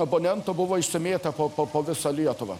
abonentų buvo išsimėtę po po visą lietuvą